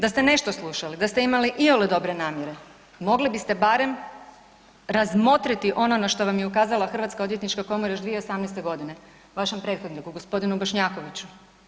Da ste nešto slušali, da ste imali iole dobre namjere mogli biste barem razmotriti ono na što vam je ukazala Hrvatska odvjetnička komora još 2018. godine vašem prethodniku gospodinu Bošnjakoviću.